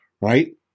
Right